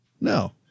No